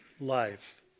life